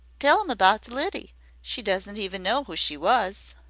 tell im about the lidy. she doesn't even know who she was.